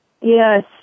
Yes